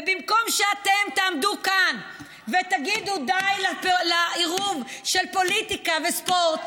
ובמקום שאתם תעמדו כאן ותגידו די לעירוב של פוליטיקה וספורט,